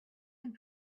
and